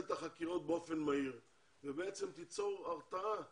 את החקירות באופן מהיר ובעצם תיצור הרתעה